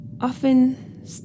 often